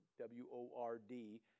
W-O-R-D